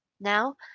Now